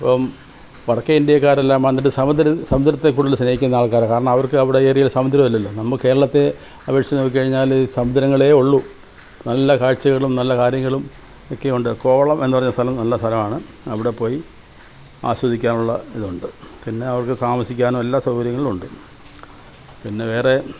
ഇപ്പം വടക്കേ ഇന്ത്യക്കാരെല്ലാം വന്നിട്ട് സമുദ്ര സമുദ്രത്തെ കൂടുതൽ സ്നേഹിക്കുന്ന ആൾക്കാരാണ് കാരണം അവർക്ക് അവിടെ ഏരിയയിൽ സമുദ്രം ഇല്ലല്ലോ നമുക്ക് കേരളത്തെ അപേക്ഷിച്ച് നോക്കിക്കഴിഞ്ഞാൽ സമുദ്രങ്ങളേ ഉള്ളൂ നല്ല കാഴ്ച്ചകളും നല്ല കാര്യങ്ങളും ഒക്കെ ഉണ്ട് കോവളം എന്നുപറഞ്ഞ സ്ഥലം നല്ല സ്ഥലമാണ് അവിടെ പോയി ആസ്വദിക്കാനുള്ള ഇതുണ്ട് പിന്നെ അവർക്ക് താമസിക്കാനും എല്ലാ സൗകര്യങ്ങളും ഉണ്ട് പിന്നെ വേറെ